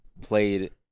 played